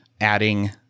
adding